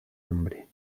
hambre